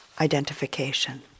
identification